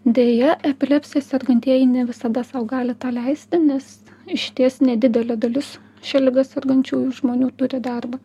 deja epilepsija sergantieji ne visada sau gali tą leisti nes išties nedidelė dalis šia liga sergančiųjų žmonių turi darbą